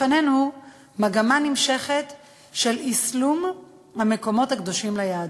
לפנינו מגמה נמשכת של אסלום המקומות הקדושים ליהדות.